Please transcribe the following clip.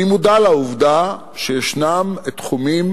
אני מודע לעובדה שישנם תחומים